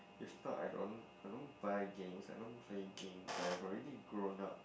it's not I don't I don't buy games I don't play games I have already grown up